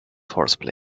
horseplay